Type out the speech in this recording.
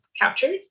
captured